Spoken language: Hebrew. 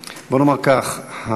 בוא נאמר כך: